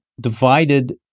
divided